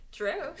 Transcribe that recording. true